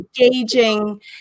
engaging